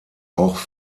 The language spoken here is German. auch